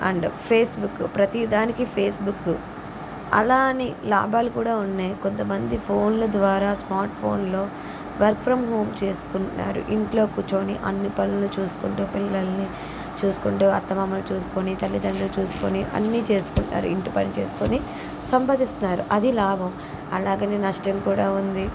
and Facebook ప్రతీ దానికి Facebook అలా అని లాభాలు కూడ ఉన్నాయి కొంతమంది ఫోన్లు ద్వారా స్మార్ట్ఫోన్లో వర్క్ ఫ్రమ్ హోమ్ చేసుకుంటున్నారు ఇంట్లో కూర్చుని అన్ని పనులు చూసుకుంటూ పిల్లలని చూసుకుంటూ అత్తమామలని చూసుకుని తల్లితండ్రిని చూసుకుని అన్ని చేసుకుంటారు ఇంటిపని చేసుకుని సంపాదిస్తున్నారు అది లాభం అలాగని నష్టం కూడా ఉంది